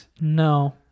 No